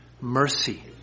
mercy